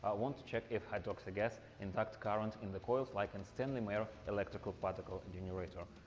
want to check if hydroxy gas induct current in the coils like in stanley meyer electrical particle generator.